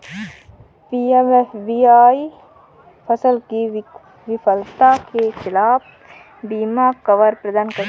PMFBY फसल की विफलता के खिलाफ बीमा कवर प्रदान करता है